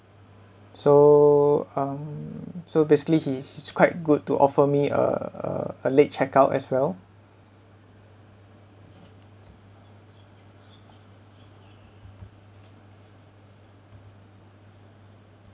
so um so basically he is quite good to offer me a a a late check-out as well